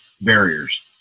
barriers